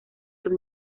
sus